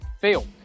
Fail